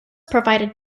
provided